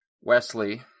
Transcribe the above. Wesley